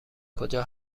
کجا